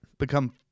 become